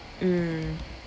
mm